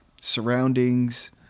surroundings